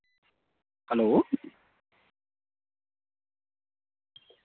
hello